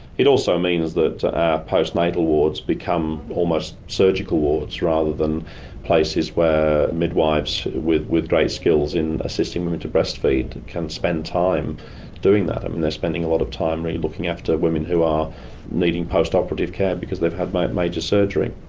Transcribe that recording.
it also means that our postnatal wards become almost surgical wards rather than places where midwifes with with great skills in assisting women to breast feed can spend time doing that. um and they are spending a lot of time looking after women who are needing post-operative care because they've had major surgery.